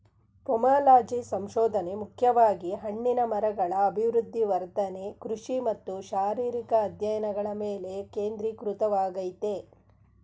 pomology ಸಂಶೋಧನೆ ಮುಖ್ಯವಾಗಿ ಹಣ್ಣಿನ ಮರಗಳ ಅಭಿವೃದ್ಧಿ ವರ್ಧನೆ ಕೃಷಿ ಮತ್ತು ಶಾರೀರಿಕ ಅಧ್ಯಯನಗಳ ಮೇಲೆ ಕೇಂದ್ರೀಕೃತವಾಗಯ್ತೆ